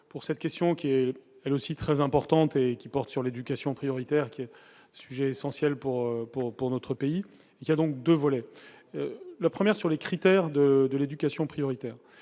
pour cette question qui est elle aussi très importante et qui porte sur l'éducation prioritaire, qui est sujet essentiel pour pour pour notre pays, il y a donc 2 volets : la 1ère sur les critères de de l'éducation prioritaire,